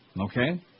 Okay